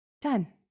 Done